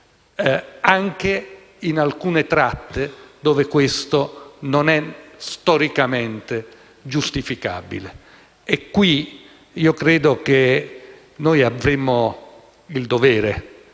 anche in alcune tratte dove ciò non è storicamente giustificabile. A questo proposito io credo che noi avremmo il dovere